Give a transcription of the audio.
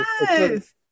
Yes